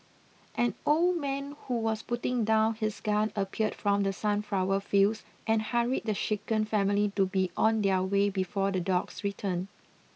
an old man who was putting down his gun appeared from the sunflower fields and hurried the shaken family to be on their way before the dogs return